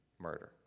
murder